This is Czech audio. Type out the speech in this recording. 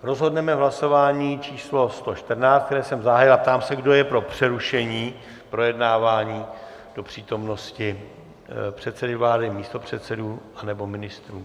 Rozhodneme v hlasování číslo 114, které jsem zahájil, a ptám se, kdo je pro přerušení projednávání do přítomnosti předsedy vlády, místopředsedů nebo ministrů?